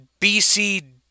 BC